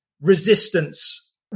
resistance